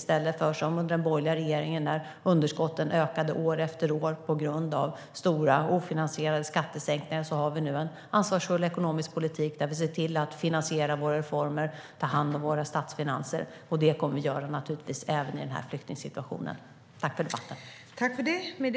Vi för nu en ansvarsfull ekonomisk politik, där vi ser till att finansiera våra reformer och ta hand om våra statsfinanser, i stället för att göra som man gjorde under den borgerliga regeringen, då underskotten ökade år efter år på grund av stora ofinansierade skattesänkningar.